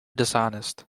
dishonest